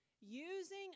using